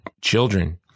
children